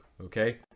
Okay